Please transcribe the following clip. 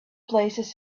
places